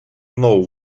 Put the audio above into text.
know